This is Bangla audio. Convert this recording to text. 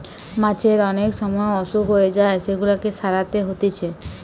মাছের অনেক সময় অসুখ হয়ে যায় সেগুলাকে সারাতে হতিছে